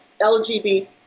LGBT